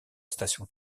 station